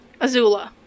Azula